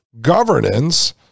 governance